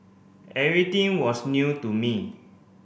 everything was new to me